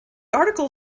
article